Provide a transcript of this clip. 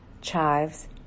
chives